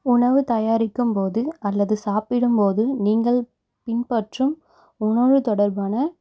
உணவு தயாரிக்கும்போது அல்லது சாப்பிடும்போது நீங்கள் பின்பற்றும் உணவு தொடர்பான